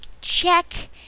check